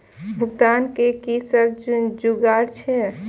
भुगतान के कि सब जुगार छे?